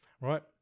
right